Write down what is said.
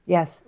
Yes